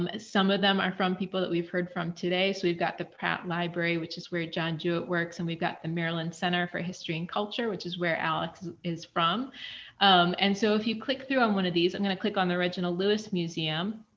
um some of them are from people that we've heard from today. so, we've got the pratt library, which is where john jewitt works. and we've got the maryland center for history and culture, which is where alex is from and so, if you click through on one of these. i'm going to click on the reginald lewis museum.